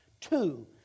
Two